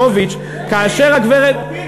כאשר הגברת יחימוביץ,